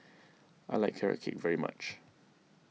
I like Carrot Cake very much